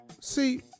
See